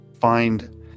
Find